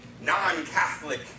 non-Catholic